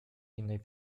innej